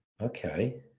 Okay